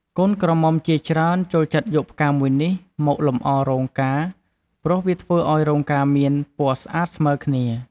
កូនក្រមុំជាច្រើនចូលចិត្តយកផ្កាមួយនេះមកលម្អរោងការ ព្រោះវាធ្វើឲ្យរោងការមានពណ៌ស្អាតស្មើរគ្នា។